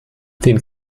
den